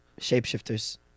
Shapeshifters